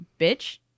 bitch